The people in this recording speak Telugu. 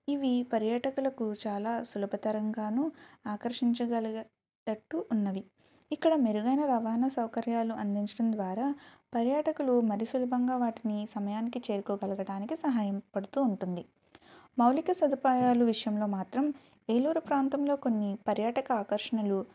ఇవి పర్యాటకులకు చాలా సులభతరంగాను ఆకర్షించగలిగేటట్టు ఉన్నవి ఇక్కడ మెరుగైన రవాణా సౌకర్యాలు అందించడం ద్వారా పర్యాటకులు మరి సులభంగా వాటిని సమయానికి చేరుకోగలగటానికి సహాయ పడుతూ ఉంటుంది మౌలిక సదుపాయాల విషయంలో మాత్రం ఏలూరు ప్రాంతంలో కొన్ని పర్యాటక ఆకర్షణలు